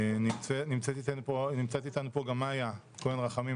נמצאת אתנו פה גם מאיה כהן רחמים,